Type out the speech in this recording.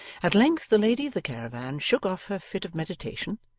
at length the lady of the caravan shook off her fit of meditation,